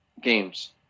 games